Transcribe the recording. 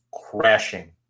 crashing